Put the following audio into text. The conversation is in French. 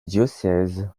diocèse